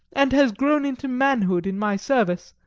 and has grown into manhood in my service.